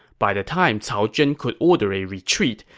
by the time cao zhen could order a retreat,